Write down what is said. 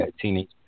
teenage